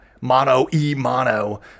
mono-e-mono